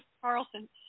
Carlson